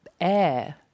air